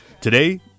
Today